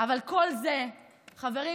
אבל חברים,